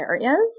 areas